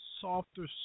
softer